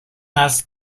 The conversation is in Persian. نسل